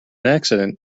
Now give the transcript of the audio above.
accident